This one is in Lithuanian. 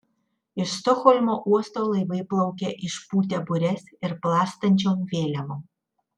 iš stokholmo uosto laivai plaukia išpūtę bures ir plastančiom vėliavom